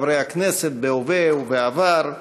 חברי הכנסת בהווה ובעבר,